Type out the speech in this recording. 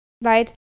right